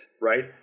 right